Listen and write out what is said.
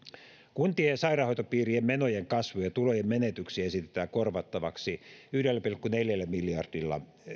kuntien ja sairaanhoitopiirien menojen kasvua ja tulojen menetyksiä esitetään korvattavaksi yhden pilkku neljän miljardin